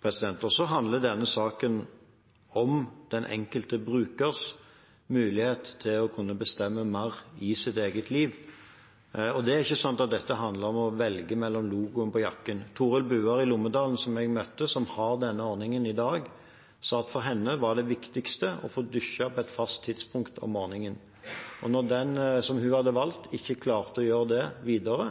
Denne saken handler om den enkelte brukers mulighet til å kunne bestemme mer i sitt eget liv. Dette handler ikke om å velge mellom logoer på jakken. Torill Buer i Lommedalen, som jeg møtte, og som har denne ordningen i dag, sa at for henne var det viktigste å få dusje på et fast tidspunkt om morgenen. Da den som hun hadde valgt, ikke klarte å tilby det videre,